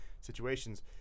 situations